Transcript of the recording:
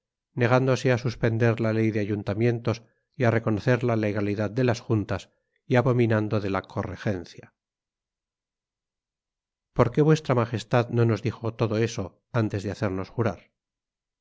negándose a suspender la ley de ayuntamientos y a reconocer la legalidad de las juntas y abominando de la co regencia por qué vuestra majestad no nos dijo todo eso antes de hacernos jurar